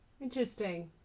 Interesting